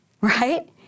right